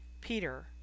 Peter